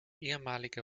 ehemalige